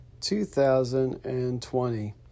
2020